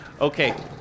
Okay